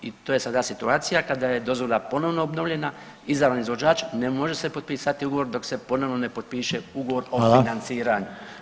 I to je sada situacija kada je dozvola ponovno obnovljena, izabran izvođač, ne može se potpisati ugovor dok se ponovno ne potpiše ugovor o financiranju.